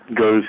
goes